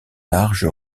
large